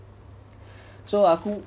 so aku